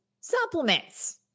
supplements